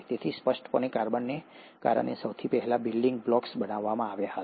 તેથી સ્પષ્ટપણે કાર્બનને કારણે સૌથી પહેલા બિલ્ડીંગ બ્લોક્સ બનાવવામાં આવ્યા હતા